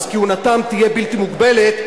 כהונתם תהיה בלתי מוגבלת,